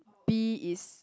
B is